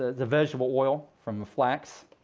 ah it's a vegetable oil from flax.